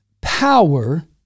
power